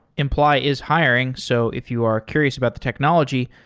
imply is hiring. so if you are curious about the technology,